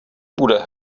bude